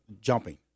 jumping